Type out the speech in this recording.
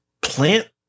plant